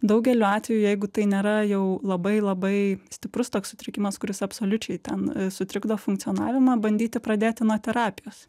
daugeliu atvejų jeigu tai nėra jau labai labai stiprus toks sutrikimas kuris absoliučiai ten sutrikdo funkcionavimą bandyti pradėti nuo terapijos